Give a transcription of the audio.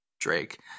Drake